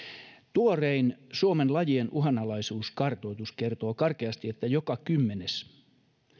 tuorein suomen lajien uhanalaisuuskartoitus kertoo karkeasti että joka kymmenes